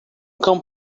cão